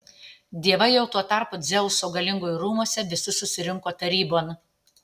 dievai jau tuo tarpu dzeuso galingojo rūmuose visi susirinko tarybon